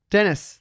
Dennis